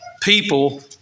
people